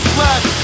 left